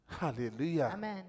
Hallelujah